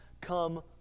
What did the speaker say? come